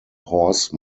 horse